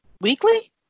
weekly